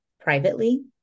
privately